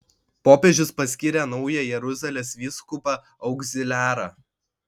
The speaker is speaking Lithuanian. popiežius paskyrė naują jeruzalės vyskupą augziliarą